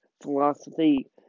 philosophy